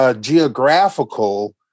geographical